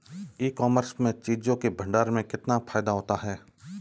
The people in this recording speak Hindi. ई कॉमर्स में चीज़ों के भंडारण में कितना फायदा होता है?